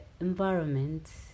environment